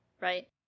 right